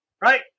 right